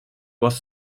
was